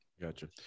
Gotcha